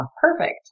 perfect